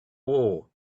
war